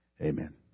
Amen